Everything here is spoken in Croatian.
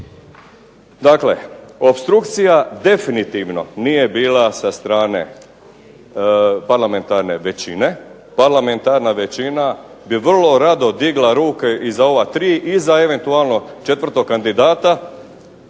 Dakle, opstrukcija definitivno nije bila sa strane parlamentarne većine. Parlamentarna većina bi vrlo rado digla ruke i za ova 3 i za eventualno četvrtog kandidata